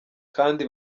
kandi